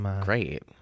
great